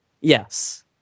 Yes